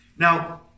Now